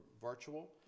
virtual